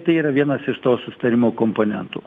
tai yra vienas iš to susitarimo komponentų